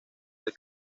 del